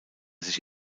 sich